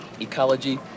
ecology